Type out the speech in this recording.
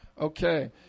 Okay